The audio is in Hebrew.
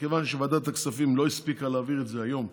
מכיוון שוועדת הכספים לא הספיקה להעביר את זה היום,